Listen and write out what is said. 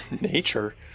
Nature